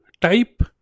type